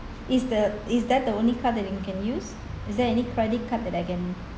is the is that the only card that we can use is there any credit card that I can